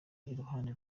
iruhande